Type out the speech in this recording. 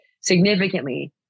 significantly